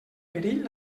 perill